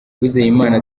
uwizeyimana